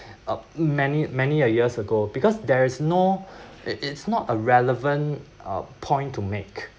uh many many a years ago because there is no it's it’s not a relevant uh point to make